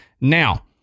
Now